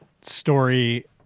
story